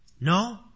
No